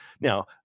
now